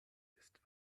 ist